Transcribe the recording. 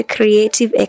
Creative